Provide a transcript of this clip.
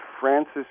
francis